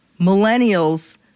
millennials